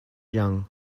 young